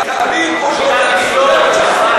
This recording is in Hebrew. תאמין או שלא תאמין,